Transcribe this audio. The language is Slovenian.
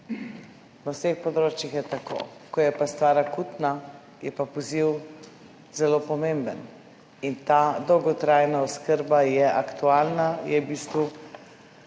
Na vseh področjih je tako. Ko je pa stvar akutna, je pa poziv zelo pomemben, in ta dolgotrajna oskrba je aktualna, je v bistvu